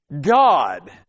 God